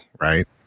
right